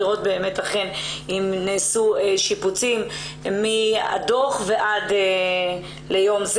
לראות אם נעשו שיפוצים מתקופת הדוח עד היום.